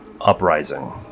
uprising